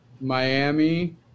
Miami